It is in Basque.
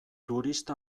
turista